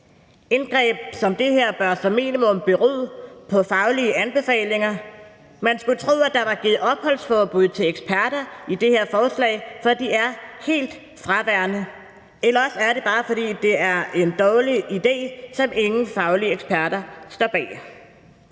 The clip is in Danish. Indgreb som det her bør som minimum bero på faglige anbefalinger. Man skulle tro, at der var givet opholdsforbud til eksperter i det her forslag, for de er helt fraværende, eller også er det bare, fordi det er en dårlig idé, som ingen faglige eksperter står bag.